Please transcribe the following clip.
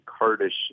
Kurdish